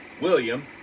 William